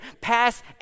Pass